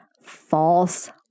false